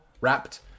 wrapped